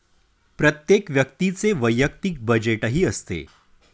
प्रत्येक व्यक्तीचे वैयक्तिक बजेटही असते